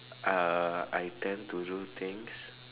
uh I tend to do things